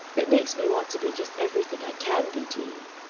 it makes me want to be just everything i can be to you.